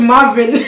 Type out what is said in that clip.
Marvel